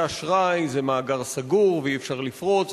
האשראי זה מאגר סגור ואי-אפשר לפרוץ אותו,